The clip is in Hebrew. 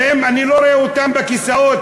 ואני לא רואה אותם בכיסאות.